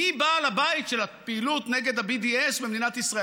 מי בעל הבית של הפעילות נגד ה-BDS במדינת ישראל?